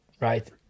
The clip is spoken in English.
right